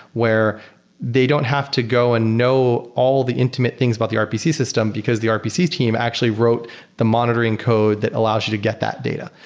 where they don't have to go and know all the intimate things about the rpc system, because the rpc team actually wrote the monitoring code that allows you to get that data.